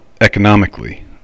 economically